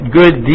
good